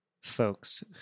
folks